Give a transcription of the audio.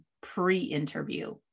pre-interview